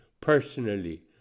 personally